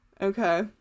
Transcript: Okay